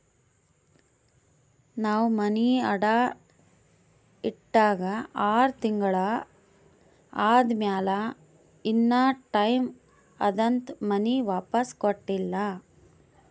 ನಾವ್ ಮನಿ ಅಡಾ ಇಟ್ಟಾಗ ಆರ್ ತಿಂಗುಳ ಆದಮ್ಯಾಲ ಇನಾ ಟೈಮ್ ಅದಂತ್ ಮನಿ ವಾಪಿಸ್ ಕೊಟ್ಟಿಲ್ಲ